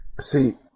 See